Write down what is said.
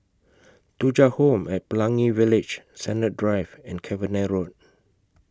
Thuja Home At Pelangi Village Sennett Drive and Cavenagh Road